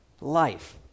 Life